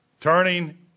turning